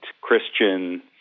Christian